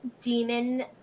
demon